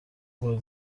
بار